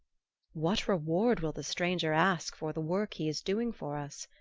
what reward will the stranger ask for the work he is doing for us?